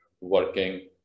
working